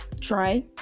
try